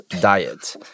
diet